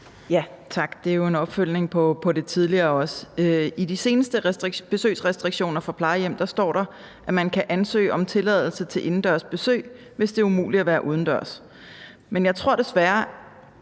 Tak. Det er jo en opfølgning på det tidligere også. I de seneste besøgsrestriktioner for plejehjem står der, at man kan ansøge om tilladelse til indendørs besøg, hvis det er umuligt at være udendørs, men jeg tror desværre,